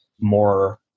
more